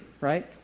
right